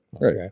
right